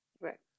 Right